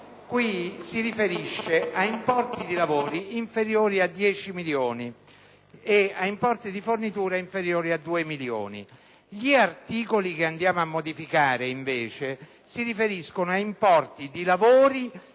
ci si riferisce ad importi di lavori inferiori a 10 milioni e ad importi di forniture inferiori a 2 milioni. Gli articoli che andiamo a modificare si riferiscono invece a importi di lavori